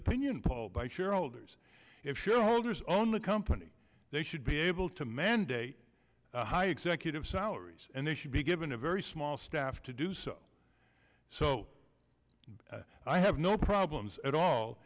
opinion poll by shareholders if shareholders own the company they should be able to mandate high executive salaries and they should be given a very small staff to do so so i have no problems at all